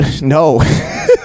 No